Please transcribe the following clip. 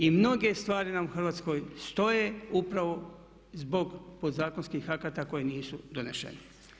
I mnoge stvari nam u Hrvatskoj stoje upravo zbog podzakonskih akata koji nisu doneseni.